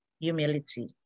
humility